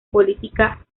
política